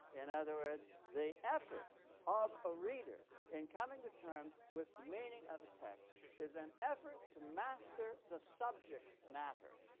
in other words, the effort of a reader in coming to terms with the meaning of a text is an effort to master the subject matter,